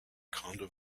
conda